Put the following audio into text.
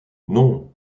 non